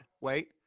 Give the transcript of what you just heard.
Wait